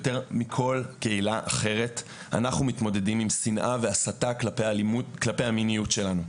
יותר מכל קהילה אחרת אנחנו מתמודדים עם שנאה והסתה כלפי המיניות שלנו,